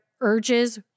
urges